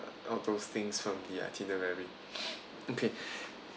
all those things from the itinerary okay